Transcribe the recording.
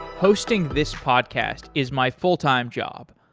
hosting this podcast is my full-time job,